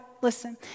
listen